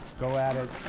go at it.